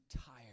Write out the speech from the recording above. tired